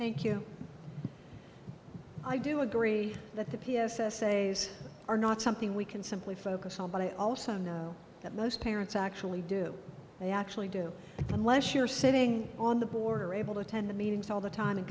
thank you i do agree that the p s essays are not something we can simply focus on but i also know that most parents actually do they actually do unless you're sitting on the border able to attend the meetings all the time and